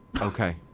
Okay